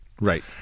right